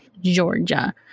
Georgia